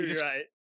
right